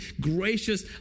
gracious